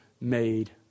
made